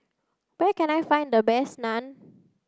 where can I find the best Naan